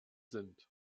sind